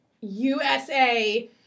USA